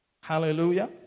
Hallelujah